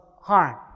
harm